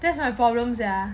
that's my problem sia